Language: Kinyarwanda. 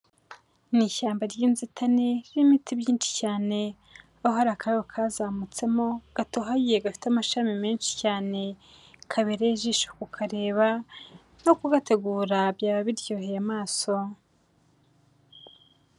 Ni ishyamba ry'inzitane n'imiti byinshi cyane, aho hari akabo kazamutsemo gatohagiye, gafite amashami menshi cyane, kabereye ijisho kukareba no kugategura byaba biryoheye amaso.